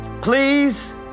please